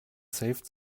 saved